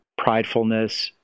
pridefulness